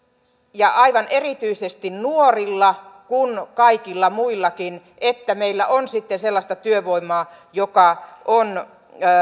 aivan erityisesti nuorilla kuin kaikilla muillakin että meillä on sitten sellaista työvoimaa joka on